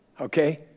okay